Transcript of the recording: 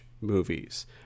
movies